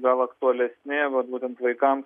gal aktualesni vat būtent vaikams